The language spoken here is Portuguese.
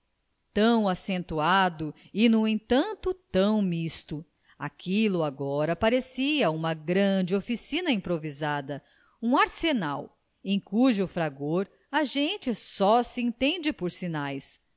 tão acentuado e no entanto tão misto aquilo agora parecia uma grande oficina improvisada um arsenal em cujo fragor a gente só se entende por sinais